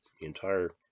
entire